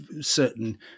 certain